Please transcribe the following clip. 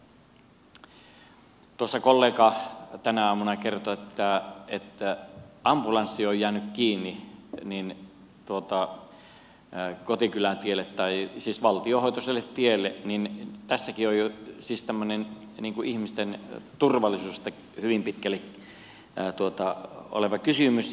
kun tuossa kollega tänä aamuna kertoi että ambulanssi oli jäänyt kiinni kotikylän tielle siis valtiohoitoiselle tielle niin tässäkin on jo tämmöinen ihmisten turvallisuuteen hyvin pitkälle liittyvä kysymys